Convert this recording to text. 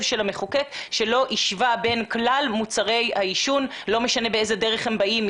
של המחוקק שלא השווה בין כלל מוצרי העישון ולא משנה באיזו דרך הם באים,